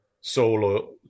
solo